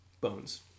Bones